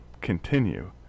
continue